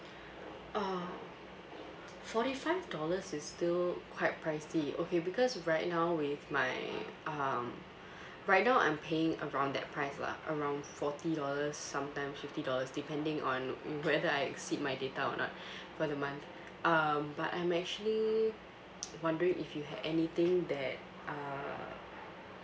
uh forty five dollars is still quite pricey okay because right now with my um right now I'm paying around that price lah around forty dollars sometime fifty dollars depending on whether I exceed my data or not for the month um but I'm actually wondering if you have anything that uh